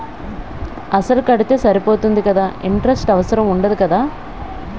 అసలు కడితే సరిపోతుంది కదా ఇంటరెస్ట్ అవసరం ఉండదు కదా?